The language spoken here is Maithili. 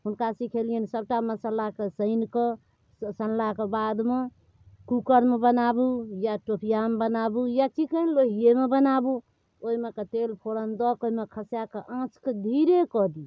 हुनका सिखेलिअनि सबटा मसल्लाके सानिकऽ सनलाके बादमे कूकरमे बनाबू या टोपिआमे बनाबू या चिकन लोहिएमे बनाबू ओहिमेके तेल फोरन दऽ कऽ ओहिमे खसाकऽ आँचके धीरे कऽ दिऔ